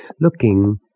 looking